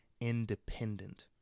independent